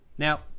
Now